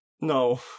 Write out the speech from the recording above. No